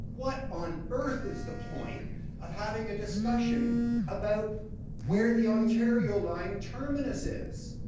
what on earth is the point of having a discussion about where the ontario line terminus is?